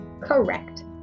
correct